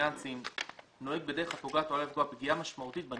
פרסומת העלולה להטעות לקוח בישראל אחת היא,